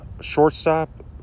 shortstop